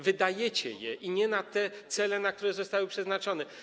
Wydajecie je, ale nie na te cele, na które zostały przeznaczone.